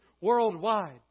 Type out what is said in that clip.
worldwide